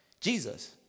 Jesus